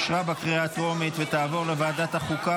אושרה בקריאה הטרומית ותעבור לוועדת החוקה,